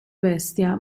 bestia